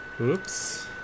Oops